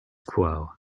quo